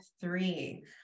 three